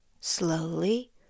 Slowly